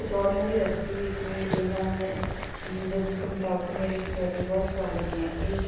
ਕਚੌਰੀਆਂ ਦੀ ਰੈਸਪੀ ਵਿੱਚ ਵੀ ਇਨ੍ਹਾਂ ਨੇ ਦੇ ਦੱਸੇ ਮੁਤਾਬਿਕ ਮੇਰੇ ਕਚੌਰੀਆਂ ਬਹੁਤ ਸਵਾਦ ਲੱਗੀਆਂ ਇਸ